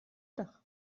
dach